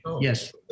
Yes